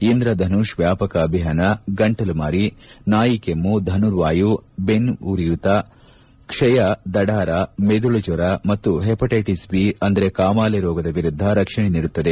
ಇಂದ್ರಧನುಷ್ ವ್ಯಾಪಕ ಅಭಿಯಾನ ಗಂಟಲುಮಾರಿ ನಾಯಿ ಕೆಮ್ನು ಧನುರ್ವಾಯು ಬೆನ್ನುಪುರಿಯೂತ ಕ್ಷಯ ದಢಾರ ಮೆದಿಳುಜ್ವರ ಮತ್ತು ಹೆಪಟ್ಟೆಟಿಸ್ ಐ ಅಂದರೆ ಕಾಮಾಲೆ ರೋಗದ ವಿರುದ್ದ ರಕ್ಷಣೆ ನೀಡುತ್ತದೆ